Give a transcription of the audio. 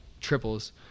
triples